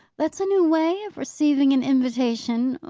that's a new way of receiving an invitation.